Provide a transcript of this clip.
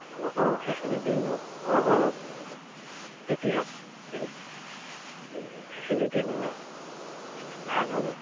অঁ অঁ সেইখিনি দি লওঁ অঁ অঁ তেতিয়া সেইখিনি দি ল'লে ভাল হ'ব